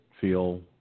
feel